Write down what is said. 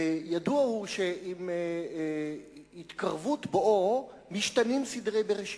ידוע הוא שעם התקרבות בואו משתנים סדרי בראשית,